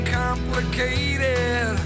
complicated